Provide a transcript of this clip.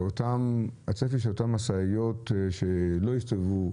הצפי שאותן משאיות שלא יסתובבו,